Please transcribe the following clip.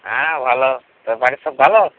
হ্যাঁ ভালো তোর বাড়ির সব ভালো